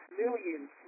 millions